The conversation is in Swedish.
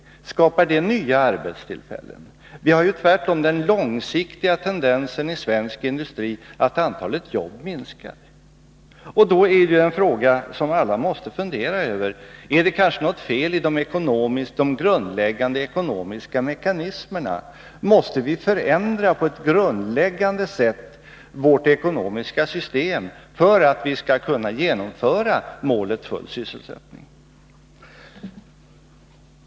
Men skapar det nya arbetstillfällen? Tvärtom finns den långsiktiga tendensen i svensk industri att antalet jobb minskar. En fråga som alla måste fundera över är då: Är det kanske något fel i de grundläggande ekonomiska mekanismerna? Måste vi förändra på ett grundläggande sätt vårt ekonomiska system för att vi skall kunna genomföra målet full sysselsättning?